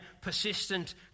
persistent